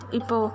ipo